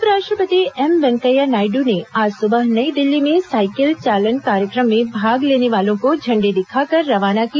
उपराष्ट्रपति एम वेंकैया नायड़ ने आज सुबह नई दिल्ली में साइकिल चालन कार्यक्रम में भाग लेने वालों को इंडी दिखाकर रवाना किया